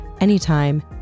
anytime